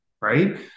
right